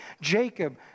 Jacob